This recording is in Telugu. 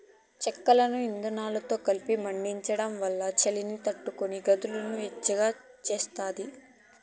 చెక్కను ఇందనంతో కలిపి మండించడం వల్ల చలిని తట్టుకొని గదులను వెచ్చగా చేస్తాది